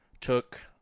took